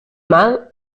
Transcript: mal